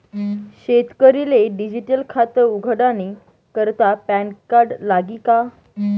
शेतकरीले डिजीटल खातं उघाडानी करता पॅनकार्ड लागी का?